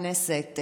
חבריי חברי הכנסת,